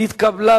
נתקבל.